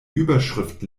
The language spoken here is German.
überschrift